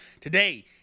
Today